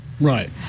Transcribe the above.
Right